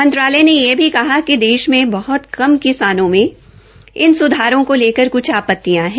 मंत्रालय ने ये यह भी कहा कि देश में बहत कम किसान में इन सुधारों का लेकर कुछ आपतियां है